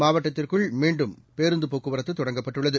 மாவட்டத்திற்குள் மீண்டும் பேருந்து போக்குவரத்து தொடங்கப்பட்டுள்ளது